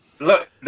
Look